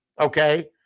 okay